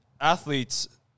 athletes